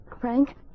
Frank